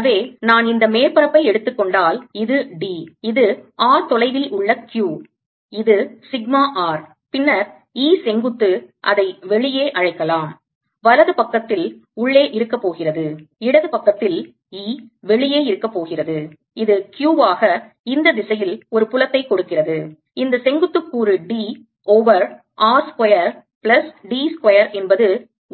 எனவே நான் இந்த மேற்பரப்பை எடுத்துக் கொண்டால் இது d இது r தொலைவில் உள்ள q இது சிக்மா r பின்னர் E செங்குத்து அதை வெளியே அழைக்கலாம் வலது பக்கத்தில் உள்ளே இருக்கப் போகிறது இடது பக்கத்தில் E வெளியே இருக்கப் போகிறது இது q வாக இந்த திசையில் ஒரு புலத்தை கொடுக்கிறது இந்த செங்குத்து கூறு d over r square plus d square என்பது